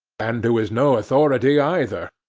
and who is no authority either,